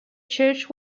church